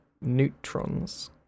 neutrons